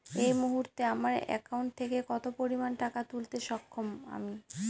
এই মুহূর্তে আমার একাউন্ট থেকে কত পরিমান টাকা তুলতে সক্ষম আমি?